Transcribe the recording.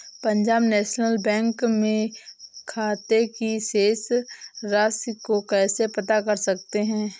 Punjab National Bank में खाते की शेष राशि को कैसे पता कर सकते हैं?